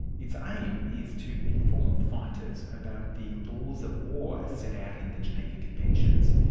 its aim is to inform fighters about the laws of war set out in the geneva conventions.